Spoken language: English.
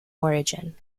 origin